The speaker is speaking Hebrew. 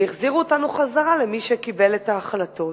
והחזירו אותנו למי שקיבל את ההחלטות.